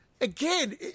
again